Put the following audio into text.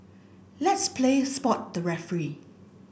let's play spot the referee